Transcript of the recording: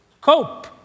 cope